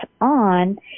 on